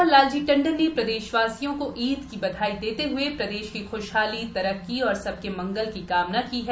राज्यपाल लालजी टंडन ने प्रदेशवासियों को ईद की बधाई देते हुए कहा है प्रदेश की ख्शहाली तरक्की और सबके मंगल की कामना की है